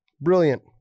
Brilliant